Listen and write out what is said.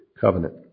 covenant